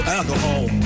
Alcohol